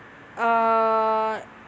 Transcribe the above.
err